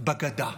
בגדה,